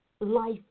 life